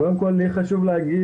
קודם כל לי חשוב להגיד,